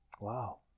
Wow